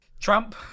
trump